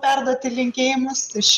perduoti linkėjimus iš